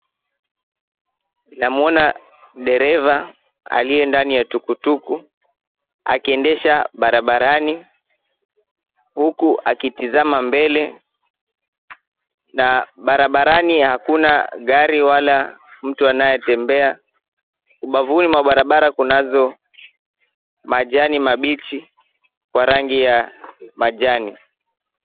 Namwona dereva aliye ndani ya tukutuku, akiendesha barabarani huku akitizama mbele na barabarani hakuna gari wala mtu anayetembea. Ubavuni mwa barabara kunazo majani mabichi wa rangi ya majani.